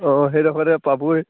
অঁ সেইডোখৰতে পাবই